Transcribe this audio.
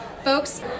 Folks